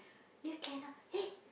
here cannot eh